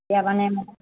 এতিয়া মানে